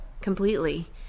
completely